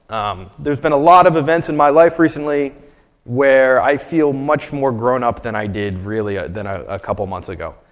there's been a lot of events in my life recently where i feel much more grown up than i did really ah a couple months ago.